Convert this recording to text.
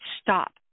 Stop